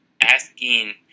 asking